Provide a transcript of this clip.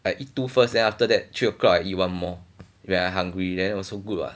I eat two first then after that three O'clock I eat one more when I hungry then also good [what]